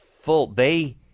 full—they